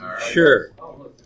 Sure